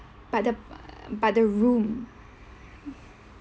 but the but the room